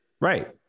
Right